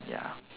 ya